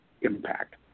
impact